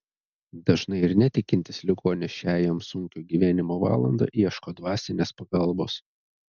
dažnai ir netikintis ligonis šią jam sunkią gyvenimo valandą ieško dvasinės pagalbos